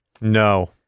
No